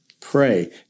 pray